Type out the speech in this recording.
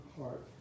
heart